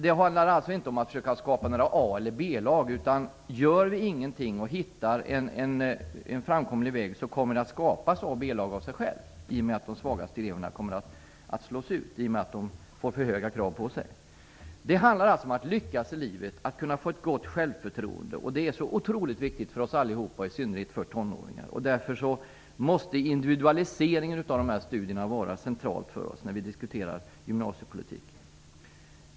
Det handlar alltså inte om att försöka skapa några A eller B-lag, men om vi inte gör någonting och hittar en framkomlig väg så skapas det A och B-lag av sig självt. De svagaste eleverna kommer att slås ut i och med att de får för höga krav på sig. Det handlar om att lyckas i livet och få ett gott självförtroende. Det är otroligt viktigt för oss alla, i synnerhet för tonåringar. Därför måste individualiseringen av studierna vara något centralt för oss när vi diskuterar gymnasiepolitik.